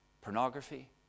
pornography